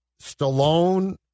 Stallone